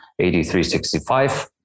8365